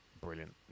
brilliant